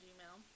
Gmail